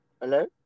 Hello